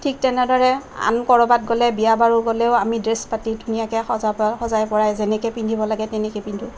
ঠিক তেনেদৰে আন ক'ৰবাত গ'লে বিয়া বাৰু গ'লেও আমি ড্ৰেছ পাতি ধুনীয়াকৈ সজাব সজাই পৰাই যেনেকে পিন্ধিব লাগে তেনেকে পিন্ধোঁ